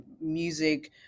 Music